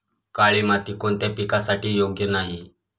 काळी माती कोणत्या पिकासाठी योग्य नाही?